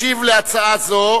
ישיב על הצעה זו